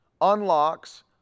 unlocks